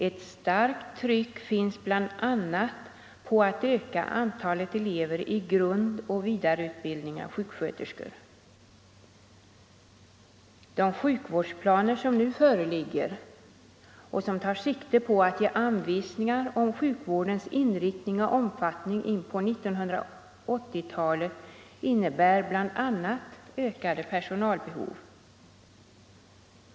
Ett starkt tryck finns bl.a. på att öka antalet elever i grundoch vidareutbildning av sjuksköterskor. De sjukvårdsplaner som nu föreligger och som tar sikte på att ge anvisningar om sjukvårdens inriktning och omfattning in på 1980-talet innebär bl.a. ökade personalbehov.